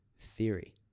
theory